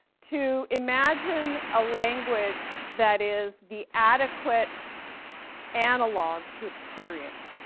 to imagine a language that is the adequate analog to experience,